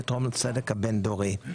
יתרום לצדק הבין דורי.